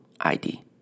ID